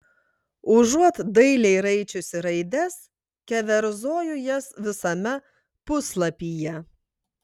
užuot dailiai raičiusi raides keverzoju jas visame puslapyje